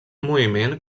moviment